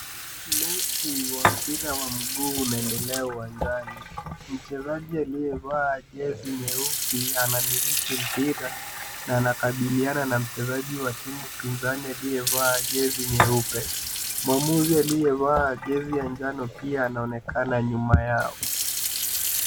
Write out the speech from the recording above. Mechi wa mpira wa mguu unaendelea uwanjani. Mchezaji aliye vaa jezi nyeusi anamiliki mpira na anakabiliana na mchezaji wa timu pinzani aliyevaa jezi nyeupe. Mwamuzi aliyevaa jezi ya njano pia anaonekana nyuma yao.